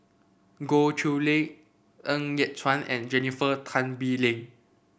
Goh Chiew Lye Ng Yat Chuan and Jennifer Tan Bee Leng